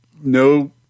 no